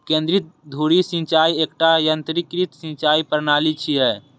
केंद्रीय धुरी सिंचाइ एकटा यंत्रीकृत सिंचाइ प्रणाली छियै